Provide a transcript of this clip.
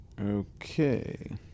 Okay